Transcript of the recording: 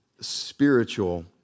spiritual